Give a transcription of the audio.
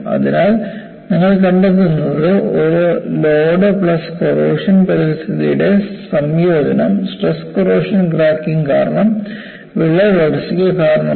അതിനാൽ നിങ്ങൾ കണ്ടെത്തുന്നത് ഒരു ലോഡ് പ്ലസ് കൊറോഷൻ പരിതസ്ഥിതിയുടെ സംയോജനം സ്ട്രെസ് കോറോഷൻ ക്രാക്കിംഗ് കാരണം വിള്ളൽ വളർച്ചയ്ക്ക് കാരണമായി